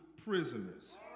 Prisoners